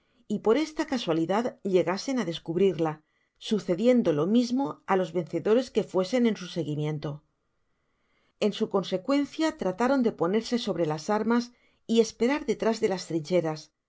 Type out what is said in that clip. y por esta casualidad llegasen á descubrirla sucediendo lo mismo á los vencedores que fuesen en su seguimiento en su consecuencia trataron de ponerse sobre las armas y esperar detrás de las trincheras y